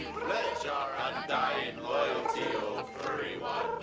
pledge ah our ah and undying loyalty oh ah furry